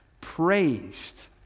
praised